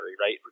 right